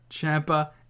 Champa